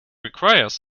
requires